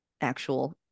actual